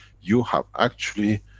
you have actually,